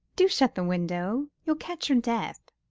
do shut the window. you'll catch your death.